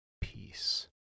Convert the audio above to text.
peace